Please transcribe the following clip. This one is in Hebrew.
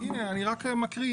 אני רק מקריא.